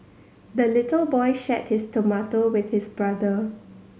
the little boy shared his tomato with his brother